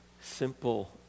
simple